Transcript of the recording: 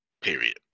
period